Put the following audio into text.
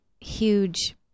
huge